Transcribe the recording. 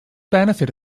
benefit